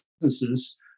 businesses